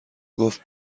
گفت